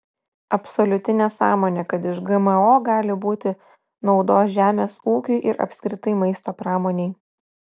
absoliuti nesąmonė kad iš gmo gali būti naudos žemės ūkiui ir apskritai maisto pramonei